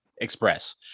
express